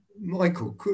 Michael